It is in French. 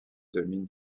domine